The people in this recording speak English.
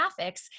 graphics